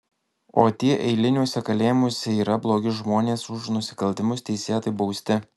o tie eiliniuose kalėjimuose yra blogi žmonės už nusikaltimus teisėtai bausti